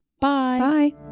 bye